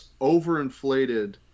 overinflated